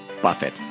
Buffett